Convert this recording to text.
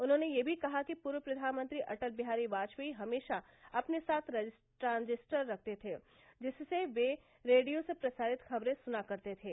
उन्होंने यह भी कहा कि पूर्व प्रधानमंत्री अटल बिहारी वाजपेयी हमेशा अपने साथ ट्रांजिस्टर रखते थे जिससे वे रेडियो से प्रसारित खबरे सुना करते थे